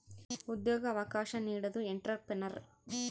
ಉದ್ಯೋಗ ಅವಕಾಶ ನೀಡೋದು ಎಂಟ್ರೆಪ್ರನರ್